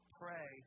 pray